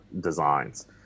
designs